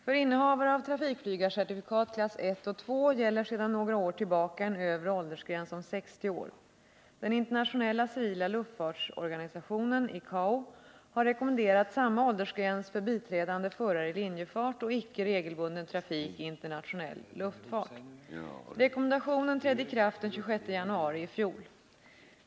För innehavare av trafikflygarcertifikat klass 1 och 2 gäller sedan några år tillbaka en övre åldersgräns om 60 år. Den internationella civila luftfartsorganisationen — ICAO — har rekommenderat samma åldersgräns för biträdande förare i linjefart och icke regelbunden trafik i internationell luftfart. Rekommendationen trädde i kraft den 26 januari i fjol.